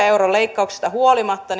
euron leikkauksista huolimatta